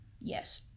Yes